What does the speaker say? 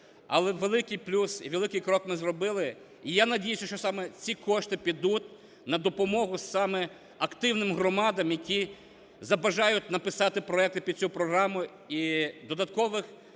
Але великий плюс і великий крок ми зробили. І я надіюся, що саме ці кошти підуть на допомогу саме активним громадам, які забажають написати проекти під цю програму, і додаткових